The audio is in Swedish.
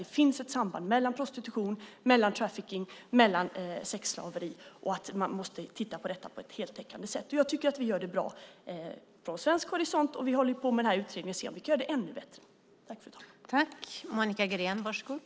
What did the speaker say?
Det finns ett samband mellan prostitution, trafficking och sexslaveri, och man måste titta på detta på ett heltäckande sätt. Jag tycker att vi gör det bra från svensk horisont. Vi håller på med den här utredningen. Vi får se om vi kan göra det ännu bättre.